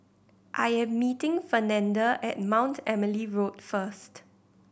I am meeting Fernanda at Mount Emily Road first